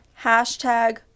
Hashtag